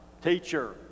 teacher